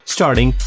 Starting